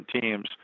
teams